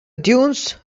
dunes